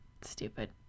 Stupid